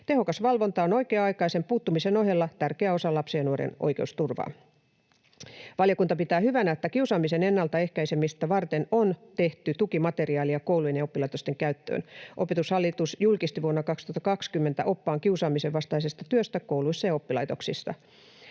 Tehokas valvonta on oikea-aikaisen puuttumisen ohella tärkeä osa lapsen ja nuoren oikeusturvaa. Valiokunta pitää hyvänä, että kiusaamisen ennaltaehkäisemistä varten on tehty tukimateriaalia koulujen ja oppilaitosten käyttöön. Opetushallitus julkisti vuonna 2020 oppaan kiusaamisen vastaisesta työstä kouluissa ja oppilaitoksissa.